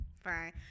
Fine